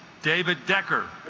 david decker